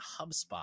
HubSpot